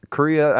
Korea